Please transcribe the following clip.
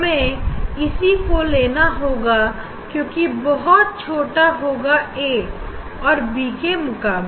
हमें इसी को लेना होगा क्योंकि क्यों बहुत छोटा होगा ए और बी के मुकाबले